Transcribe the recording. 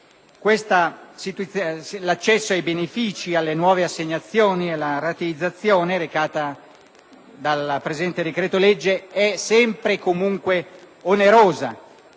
L'accesso ai benefici, alle nuove assegnazioni e alla rateizzazione recata dal presente decreto‑legge è sempre e comunque onerosa,